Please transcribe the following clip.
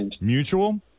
Mutual